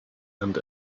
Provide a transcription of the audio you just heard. and